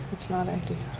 it's not empty.